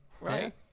right